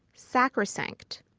sacrosanct